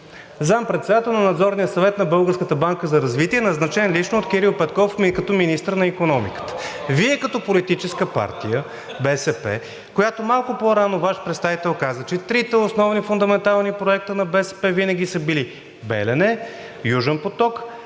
Българската банка за развитие, назначен лично от Кирил Петков като министър на икономиката. Вие като Политическа партия БСП – малко по-рано Ваш представител каза, че трите основни, фундаментални проекта на БСП винаги са били „Белене“, Южен поток